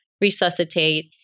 resuscitate